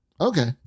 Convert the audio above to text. Okay